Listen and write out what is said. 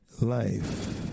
Life